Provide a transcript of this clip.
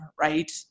right